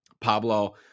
Pablo